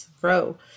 grow